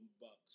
Bucks